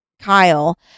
Kyle